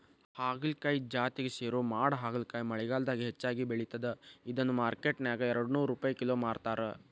ಹಾಗಲಕಾಯಿ ಜಾತಿಗೆ ಸೇರೋ ಮಾಡಹಾಗಲಕಾಯಿ ಮಳೆಗಾಲದಾಗ ಹೆಚ್ಚಾಗಿ ಬೆಳಿತದ, ಇದನ್ನ ಮಾರ್ಕೆಟ್ನ್ಯಾಗ ಎರಡನೂರ್ ರುಪೈ ಕಿಲೋ ಮಾರ್ತಾರ